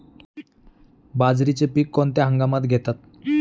बाजरीचे पीक कोणत्या हंगामात घेतात?